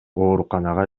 ооруканага